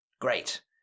Great